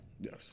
Yes